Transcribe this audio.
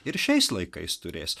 ir šiais laikais turės